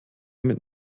mit